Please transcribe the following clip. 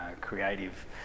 creative